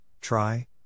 try